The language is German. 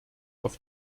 auf